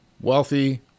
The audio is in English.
wealthy